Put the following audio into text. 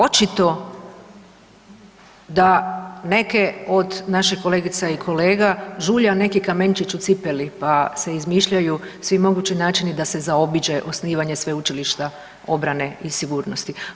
Očito da neke od naših kolegica i kolega žulja neki kamenčić u cipeli, pa se izmišljaju svi mogući načini da se zaobiđe osnivanje Sveučilišta obrane i sigurnosti.